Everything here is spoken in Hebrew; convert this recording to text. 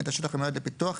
את השטח המיועד לפיתוח,